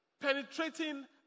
Penetrating